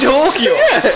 Tokyo